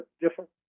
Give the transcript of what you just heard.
different